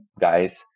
guys